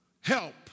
help